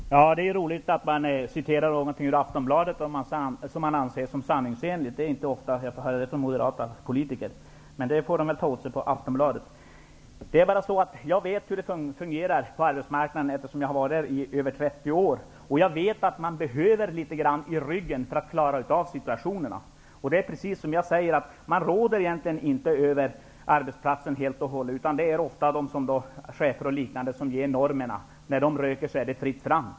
Herr talman! Det är roligt att Sten Svensson refererar till en artikel i Aftonbladet som han anser vara sanningsenlig. Det är inte ofta man får höra sådant från en moderat politiker, men det får de väl ta åt sig på Aftonbladet. Jag vet hur det fungerar på arbetsmarknaden, eftersom jag har varit där i över 30 år. Jag vet att man behöver litet grand i ryggen för att klara av situationen. Som jag sade tidigare råder arbetstagarna inte helt och hållet över arbetsplatserna, utan det är ofta chefer och liknande personer som ger normerna; när de röker är det fritt fram.